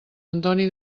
antoni